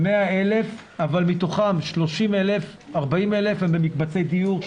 100,000 אבל מתוכם 40,000 הם במקבצי דיור,